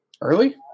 Early